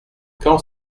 quand